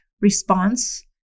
response